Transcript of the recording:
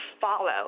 follow